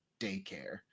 daycare